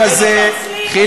שצריך להגן עליו.